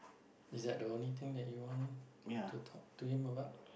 is that the only thing that you want to talk to him about